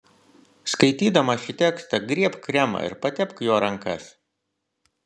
skaitydama šį tekstą griebk kremą ir patepk juo rankas